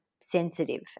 sensitive